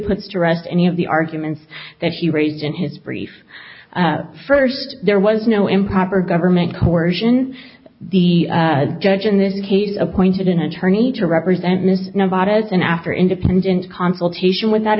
puts to rest any of the arguments that he raised in his brief first there was no improper government coercion the judge in this case appointed an attorney to represent miss nevada as an after independent consultation with